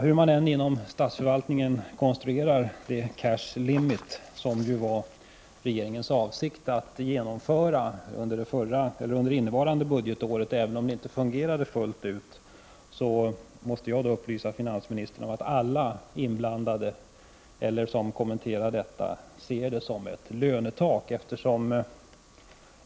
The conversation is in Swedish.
Hur man än konstruerar den cash limit som det var regeringens avsikt att genomföra under innevarande budgetår, även om det inte fungerade fullt ut, måste jag upplysa finansministern om att alla som är inblandade eller som kommenterar detta ser det som ett lönetak.